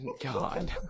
God